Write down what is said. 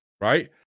right